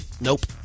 Nope